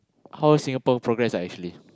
how Singapore progress ah actually